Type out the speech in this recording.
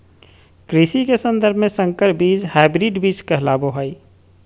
कृषि के सन्दर्भ में संकर बीज हायब्रिड बीज कहलाबो हइ